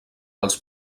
els